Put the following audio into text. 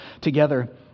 together